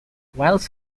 whilst